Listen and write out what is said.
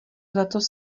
letos